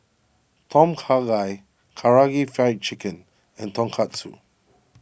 Tom Kha Gai Karaage Fried Chicken and Tonkatsu